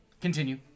Continue